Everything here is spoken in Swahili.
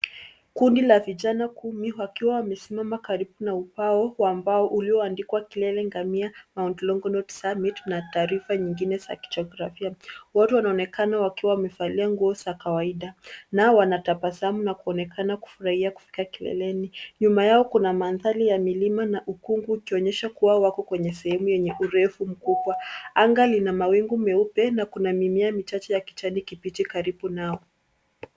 Kundi la vijana kumi wakiwa wamesimama karibu na ubao wa mbao uliandikwa, Kilele Ngamia Mt. Longonot Summit, na taarifa nyingine za kijografia. Wote wanaonekana wakiwa wamevalia nguo za kawaida na wanatabasamu na kuonekana kufurahia kufika kileleni. Nyuma yao kuna mandhari ya milima na ukungu ikionyesha wako kwenye sehemu urefu mkubwa. Anga lina mawingu meupe na kuna mimea michache ya kijani kibichi karibu nao.